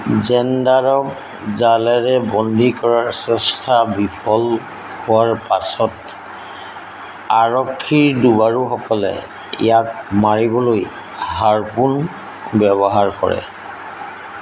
জেণ্ডাৰক জালেৰে বন্দী কৰাৰ চেষ্টা বিফল হোৱাৰ পাছত আৰক্ষীৰ ডুবাৰুসকলে ইয়াক মাৰিবলৈ হাৰ্পুন ব্যৱহাৰ কৰে